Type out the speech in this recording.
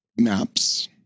maps